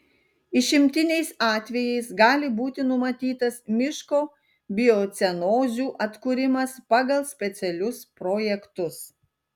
išimtiniais atvejais gali būti numatytas miško biocenozių atkūrimas pagal specialius projektus